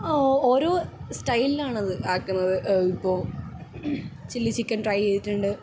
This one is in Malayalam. ഓരോ സ്റ്റൈൽലാണത് ആക്കണത് ഇപ്പോൾ ചില്ലി ചിക്കൻ ട്രൈ ചെയ്തിട്ടുണ്ട്